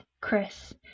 Chris